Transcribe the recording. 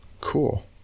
cool